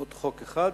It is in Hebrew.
עוד חוק אחד